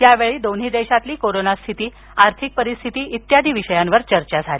यावेळी दोन्ही देशातील कोरोना स्थिती आर्थिक परिस्थिती इत्यादी विषयांवर चर्चा झाली